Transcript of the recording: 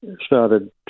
started